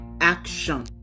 action